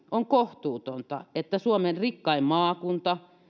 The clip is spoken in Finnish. on kohtuutonta että suomen rikkain maakunta